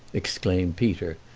exclaimed peter,